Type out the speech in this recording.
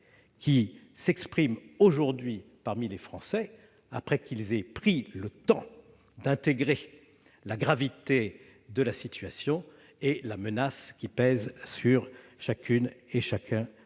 qui prévaut aujourd'hui parmi les Français, après qu'ils eurent pris le temps d'intégrer la gravité de la situation et la menace qui pèse sur chacune et chacun d'entre nous.